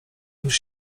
niż